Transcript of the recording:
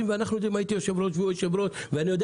אנחנו יודעים הייתי יושב-ראש והוא יושב-ראש ואני יודע